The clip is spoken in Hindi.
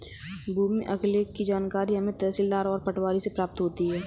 भूमि अभिलेख की जानकारी हमें तहसीलदार और पटवारी से प्राप्त होती है